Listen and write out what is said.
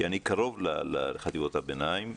כי אני קרוב לחטיבות הביניים,